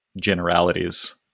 generalities